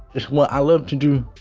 it's what i love to do.